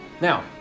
Now